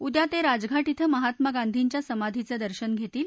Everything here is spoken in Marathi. उद्या ते राजघाट ििं महात्मा गांधींच्या समाधींचं दर्शन घेतील